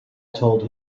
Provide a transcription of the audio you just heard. told